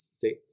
six